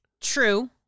true